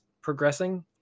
progressing